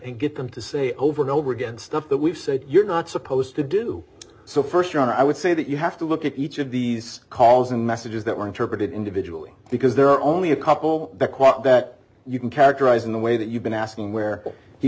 and get them to say over and over again stuff that we've said you're not supposed to do so st your honor i would say that you have to look at each of these calls and messages that were interpreted individual because there are only a couple that quote that you can characterize in the way that you've been asking where he